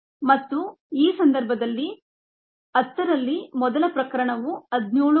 ಮತ್ತು ಈ ಸಂದರ್ಭದಲ್ಲಿ 10 ರಲ್ಲಿ ಮೊದಲ ಪ್ರಕರಣವು 17